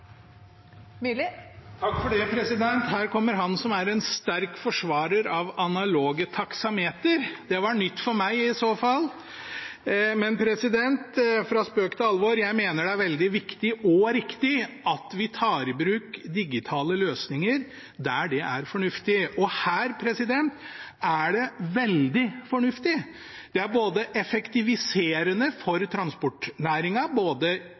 mykje for næringa og for kampen mot arbeidslivskriminalitet. Her kommer han som er en sterk forsvarer av analoge taksameter. Det var i så fall nytt for meg. Men fra spøk til alvor: Jeg mener det er veldig viktig og riktig at vi tar i bruk digitale løsninger der det er fornuftig, og her er det veldig fornuftig. Det er effektiviserende for transportnæringen, både